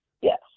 Yes